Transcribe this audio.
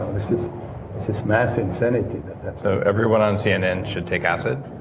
this is mass insanity so everyone on cnn should take acid?